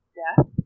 death